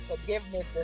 forgiveness